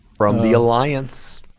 from the alliance.